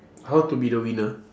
how to be the winner